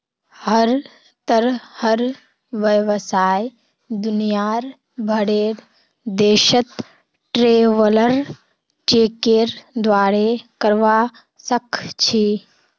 हर तरहर व्यवसाय दुनियार भरेर देशत ट्रैवलर चेकेर द्वारे करवा सख छि